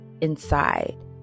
inside